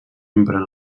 empren